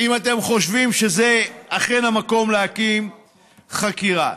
אם אתם חושבים שזה אכן המקום להקים ועדת חקירה.